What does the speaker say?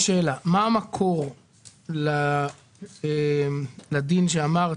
מה המקור לדין שאמרת,